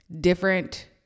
different